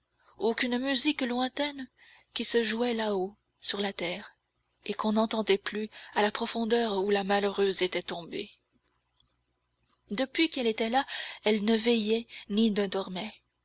qu'une musique lointaine qui se jouait là-haut sur la terre et qu'on n'entendait plus à la profondeur où la malheureuse était tombée depuis qu'elle était là elle ne veillait ni ne dormait